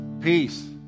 Peace